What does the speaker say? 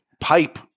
pipe